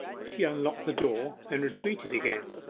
she unlocked the door, and retreated again.